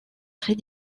très